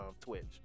Twitch